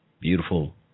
beautiful